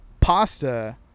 pasta